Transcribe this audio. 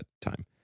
time